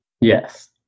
Yes